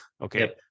okay